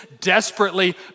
desperately